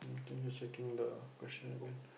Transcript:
can you shaking the question again